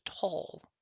tall